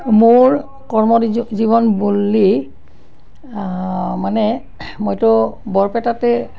মোৰ কৰ্মৰ জীৱন বুল্লি মানে মইতো বৰপেটাতে